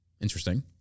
interesting